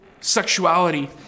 sexuality